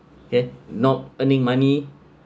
kay not earning money